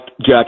Jack